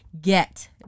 get